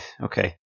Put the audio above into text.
Okay